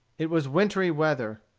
it was wintry weather.